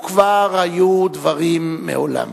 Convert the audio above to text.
וכבר היו דברים מעולם.